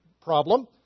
problem